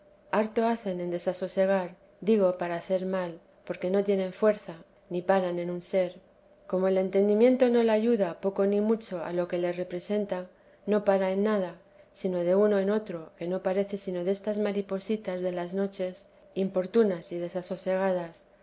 harto hacen en desasosegar digo para hacer mal porque no tienen fuerza ni paran en un ser como el entendimiento no la ayuda poco ni mucho a lo que le representa no para en nada sino de uno en otro que no parece sino destas maripositas de las noches importunas y